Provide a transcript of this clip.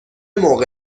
موقع